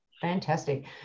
Fantastic